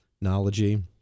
technology